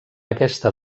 aquesta